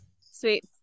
Sweet